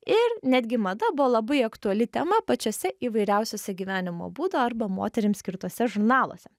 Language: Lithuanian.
ir netgi mada buvo labai aktuali tema pačiuose įvairiausiuose gyvenimo būdo arba moterims skirtuose žurnaluose